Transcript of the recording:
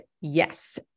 yes